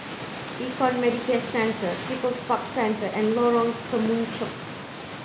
Econ Medicare Centre People's Park Centre and Lorong Kemunchup